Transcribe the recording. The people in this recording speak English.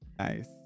Nice